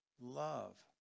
Love